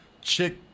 Chick